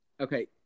Okay